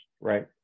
right